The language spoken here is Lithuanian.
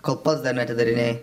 kol pats dar neatidarinėjai